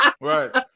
right